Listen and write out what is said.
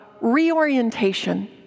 reorientation